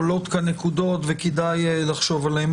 עולות כאן נקודות וכדאי לחשוב עליהן.